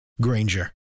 Granger